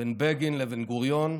בין בגין לבן-גוריון,